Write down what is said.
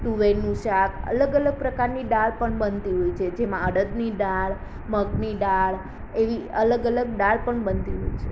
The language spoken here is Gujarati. તુવેરનું શાક અલગ અલગ પ્રકારની દાળ પણ બનતી હોય છે જેમાં અડદની દાળ મગની દાળ એવી અલગ અલગ દાળ પણ બનતી હોય છે